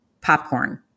Popcorn